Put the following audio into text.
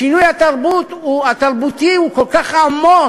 השינוי התרבותי הוא כל כך עמוק,